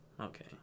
Okay